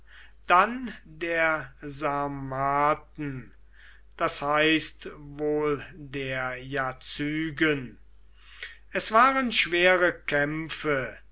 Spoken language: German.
dann der sarmaten das heißt wohl der jazygen es waren schwere kämpfe